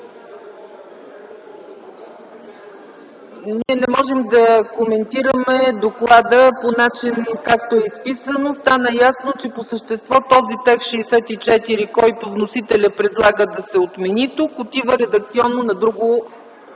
Ние не можем да коментираме доклада по начин, както е изписано. Стана ясно, че по същество текстът на чл. 64, който вносителят предлага да се отмени тук, отива редакционно на друго